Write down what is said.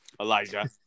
Elijah